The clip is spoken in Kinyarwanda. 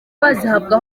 bazihabwa